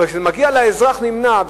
אבל כשזה מגיע לאזרח, זה נמנע ממנו.